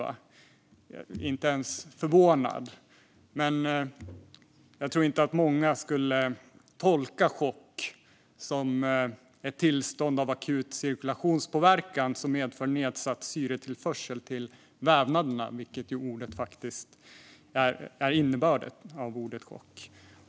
Jag är inte ens förvånad. Men jag tror inte att många skulle tolka "chock" som ett tillstånd av akut cirkulationspåverkan som medför nedsatt syretillförsel till vävnaderna, vilket faktiskt är innebörden av ordet.